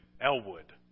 Elwood